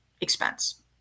expense